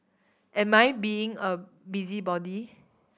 am I being a busybody